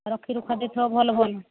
ରଖିରୁଖା ଦେଇଥିବ ଭଲ ଭଲ